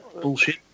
bullshit